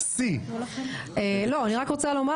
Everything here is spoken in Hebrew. אני רק רוצה לומר